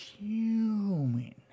human